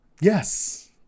Yes